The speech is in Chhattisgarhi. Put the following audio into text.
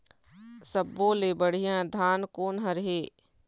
सब्बो ले बढ़िया धान कोन हर हे?